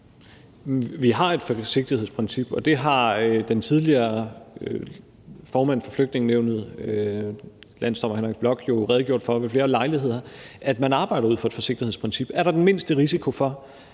Vi har et forsigtighedsprincip, og den tidligere formand for Flygtningenævnet, landsdommer Henrik Bloch Andersen, har jo ved flere lejligheder redegjort for, at man arbejder ud fra et forsigtighedsprincip. Er der den mindste risiko for,